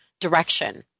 direction